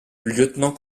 lieutenant